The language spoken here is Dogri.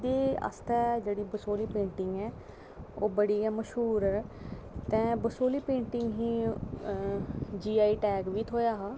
ते ओह्दे आस्तै जेह्ड़ी बसोहली पेंटिंग्स ऐ ओह् बड़ी गै मशहूर ऐ जियां तां गै बसोहली पेंटिंग्स गी जीआई टैग बी थ्होआ दा ऐ